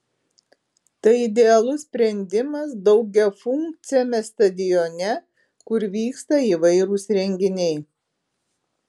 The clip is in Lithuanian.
tai idealus sprendimas daugiafunkciame stadione kur vyksta įvairūs renginiai